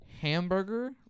hamburger